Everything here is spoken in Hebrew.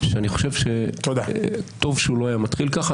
ואני חושב שטוב שהוא לא היה מתחיל ככה,